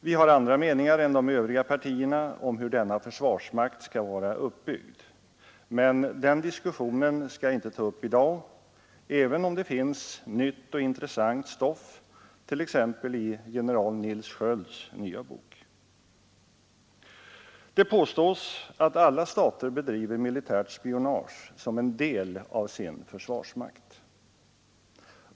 Vi har andra meningar än de övriga partierna om hur denna försvarsmakt skall vara uppbyggd, men den diskussionen skall jag inte ta upp i dag, även om det finns nytt och intressant stoff t.ex. i general Nils Skölds nya bok. Det påstås att alla stater bedriver militärt spionage som en del av sin försvarsmakt.